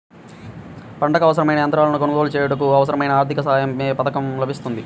పంటకు అవసరమైన యంత్రాలను కొనగోలు చేయుటకు, అవసరమైన ఆర్థిక సాయం యే పథకంలో లభిస్తుంది?